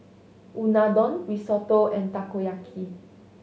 Unadon Risotto and Takoyaki